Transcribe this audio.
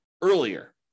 earlier